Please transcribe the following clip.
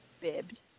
Bibbed